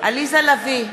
עליזה לביא,